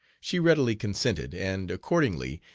she readily consented, and, accordingly,